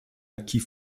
acquis